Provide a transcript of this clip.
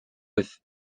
with